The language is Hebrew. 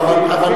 לא.